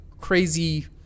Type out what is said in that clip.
crazy